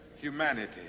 humanity